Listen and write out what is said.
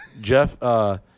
Jeff